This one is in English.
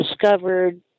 discovered